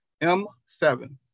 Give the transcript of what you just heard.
M7